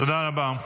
תודה רבה.